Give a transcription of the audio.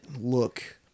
look